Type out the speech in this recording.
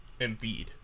Embiid